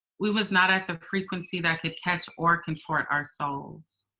we was not at the frequency that could catch or contort our souls.